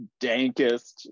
dankest